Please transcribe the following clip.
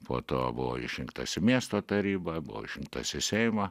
po to buvau išrinktas į miesto tarybą buvau išrinktas į seimą